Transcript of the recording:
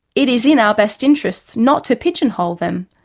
it is in our best interests not to pigeonhole them.